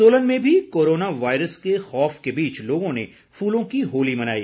सोलन में भी corona virus के खौफ के बीच लोगों ने फूलों की होली मनाई